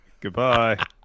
Goodbye